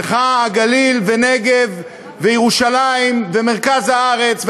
צריכה הגליל ונגב וירושלים ומרכז הארץ,